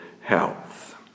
health